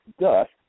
dust